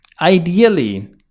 ideally